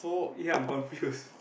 ya I'm confused